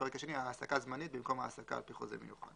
הפרק השני תהיה 'העסקה זמנית' במקום העסקה 'על פי חוזה מיוחד'.